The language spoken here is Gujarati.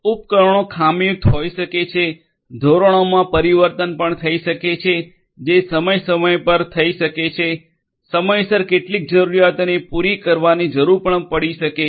ઉપકરણો ખામીયુક્ત હોઈ શકે છે ધોરણોમાં પરિવર્તન પણ થઈ શકે છે જે સમય સમય પર થઈ શકે છે સમયસર કેટલીક જરૂરીયાતોને પૂરી કરવાની જરૂર પડી શકે છે